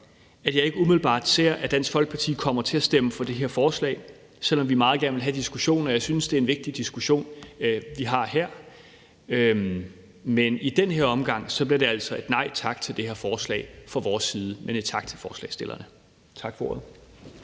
at jeg ikke umiddelbart kan se, at Dansk Folkeparti kommer til at stemme for det her forslag, selv om vi meget gerne vil have diskussionen, og jeg synes, det er en vigtig diskussion, vi har her. Så i den her omgang bliver det altså et nej tak til det her forslag fra vores side, men et tak til forslagsstillerne. Tak for ordet.